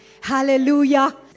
Hallelujah